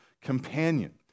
companion